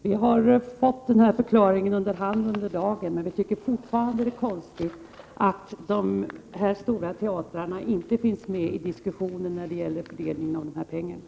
Herr talman! Vi har fått den förklaringen under hand i dag. Men fortfarande tycker vi att det är konstigt att de här stora teatrarna inte finns med i diskussionen om fördelningen av penningarna i fråga.